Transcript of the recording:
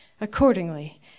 accordingly